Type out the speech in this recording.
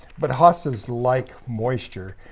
but hostas like moisture.